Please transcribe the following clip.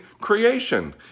creation